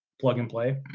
plug-and-play